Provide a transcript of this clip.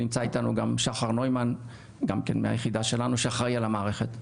נמצא איתנו גם שחר נוימן גם מהיחידה שלנו שאחראי על המערכת.